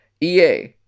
EA